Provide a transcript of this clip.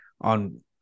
on